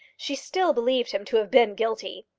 she still believed him to have been guilty.